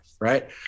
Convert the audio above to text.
Right